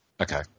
Okay